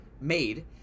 made